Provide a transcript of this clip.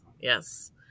yes